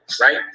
right